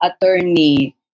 Attorney